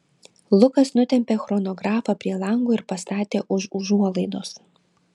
lukas nutempė chronografą prie lango ir pastatė už užuolaidos